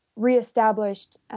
reestablished